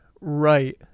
right